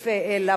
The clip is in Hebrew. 138)